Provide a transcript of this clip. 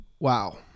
Wow